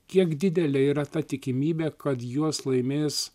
kiek didelė yra ta tikimybė kad juos laimės